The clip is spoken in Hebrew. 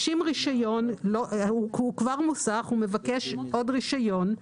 הוא כבר מוסך והוא מבקש עוד רישיון.